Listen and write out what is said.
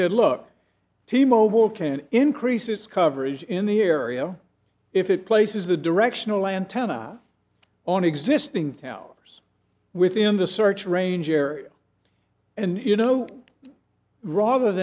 and increases coverage in the area if it places the directional antenna on existing towers within the search range or and you know rather